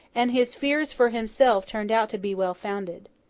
and his fears for himself turned out to be well founded.